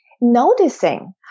noticing